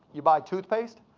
you buy toothpaste?